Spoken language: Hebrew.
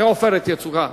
מ"עופרת יצוקה".